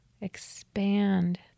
Expand